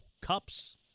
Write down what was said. cups